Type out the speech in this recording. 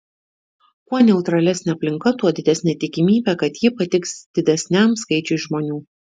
kuo neutralesnė aplinka tuo didesnė tikimybė kad ji patiks didesniam skaičiui žmonių